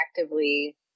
actively